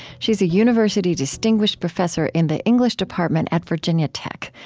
she is a university distinguished professor in the english department at virginia tech,